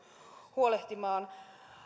huolehtimaan